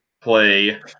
play